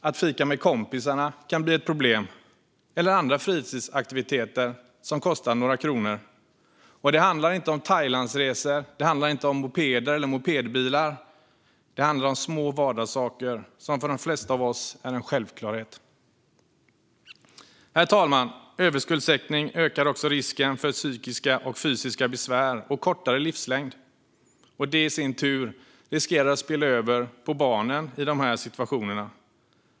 Att fika med kompisarna eller att vara med på andra fritidsaktiviteter som kostar några kronor kan bli ett problem. Det handlar inte om Thailandsresor, mopeder eller mopedbilar. Det handlar om små vardagssaker som för de flesta av oss är självklarheter. Herr talman! Överskuldsättning ökar också risken för psykiska och fysiska besvär och kortare livslängd. Det i sin tur riskerar att spilla över på barnen i de här situationerna.